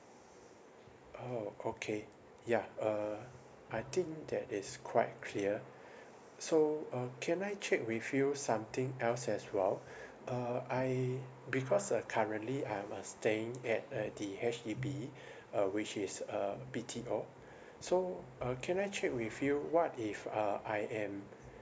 orh okay yeah uh I think that is quite clear so uh can I check with you something else as well uh I because uh currently I'm uh staying at uh the H_D_B uh which is a B_T_O so uh can I check with you what if uh I am